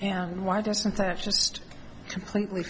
and why doesn't that just completely